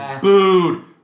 booed